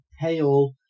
pale